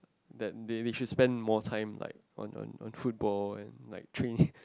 that they should spend more time like on on on football and like training